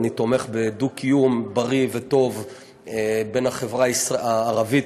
אני תומך בדו-קיום בריא וטוב בין החברה הערבית